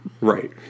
Right